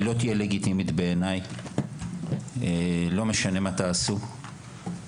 לא תהיה לגיטימית בעיניי לא משנה מה תעשו,